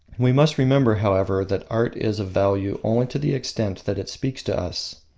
we must remember, however, that art is of value only to the extent that it speaks to us.